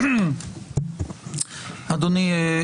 אדוני,